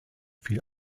viel